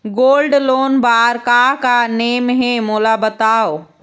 Gold loan बार का का नेम हे, मोला बताव?